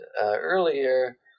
earlier